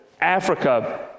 Africa